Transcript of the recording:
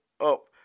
up